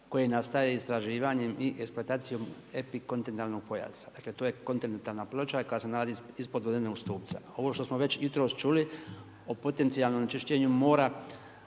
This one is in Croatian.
koje nastaje istraživanjem i eksploatacijom epikontinentalnog pojasa, dakle to je kontinentalna ploča koja se nalazi ispod ledenog stupca. Ovo što smo već jutros čuli o potencijalnom onečišćenju mora